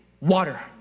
water